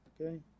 okay